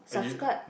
subscribe